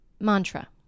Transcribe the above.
mantra